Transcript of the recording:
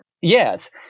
Yes